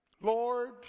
Lord